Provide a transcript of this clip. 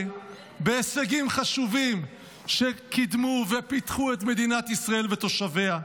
בהישגים חשובים שקידמו ופיתחו את מדינת ישראל ותושביה.